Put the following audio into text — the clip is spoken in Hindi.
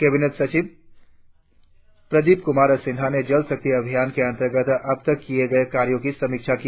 कैबिनेट सचिव प्रदीप कुमार सिन्हा ने जल शक्ति अभियान के अंतर्गत अब तक किए गए कार्यों की समीक्षा की